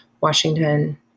Washington